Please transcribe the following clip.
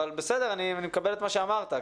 בסדר, אני מקבל את מה שאמרת.